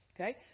Okay